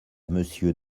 monsieur